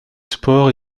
sport